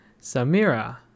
samira